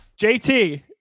JT